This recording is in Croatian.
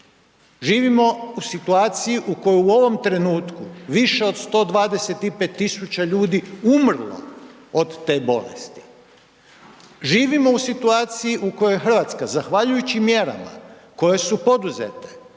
Živimo u situaciji u kojoj je u ovom trenutku više od 125 000 ljudi umrlo od te bolesti. Živimo u situaciji u kojoj je RH zahvaljujući mjerama koje su poduzete